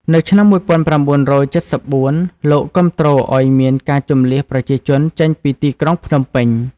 នៅឆ្នាំ ១៩៧៤ លោកគាំទ្រឱ្យមានការជម្លៀសប្រជាជនចេញពីទីក្រុងភ្នំពេញ ។